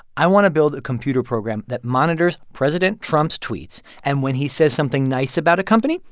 i want to build a computer program that monitors president trump's tweets. and when he says something nice about a company,